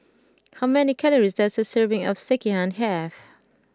how many calories does a serving of Sekihan have